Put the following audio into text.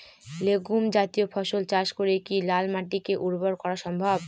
Legume জাতীয় ফসল চাষ করে কি লাল মাটিকে উর্বর করা সম্ভব?